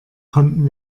konnten